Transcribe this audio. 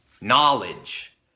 Knowledge